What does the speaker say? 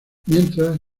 mientras